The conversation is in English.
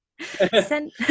Send